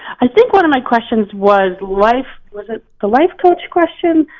i think one of my questions was life, was it the life coach question?